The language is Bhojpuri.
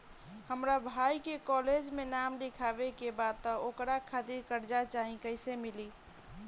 हमरा भाई के कॉलेज मे नाम लिखावे के बा त ओकरा खातिर कर्जा चाही कैसे मिली?